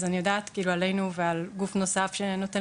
אז אני יודעת עלינו ועל גוף נוסף שנותן